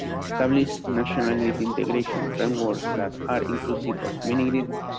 establish national grid integration frameworks that are inclusive of mini-grids,